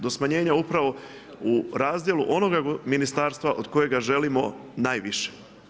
Do smanjenja upravo u razdjelu onoga ministarstva od kojega želimo najviše.